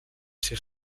ser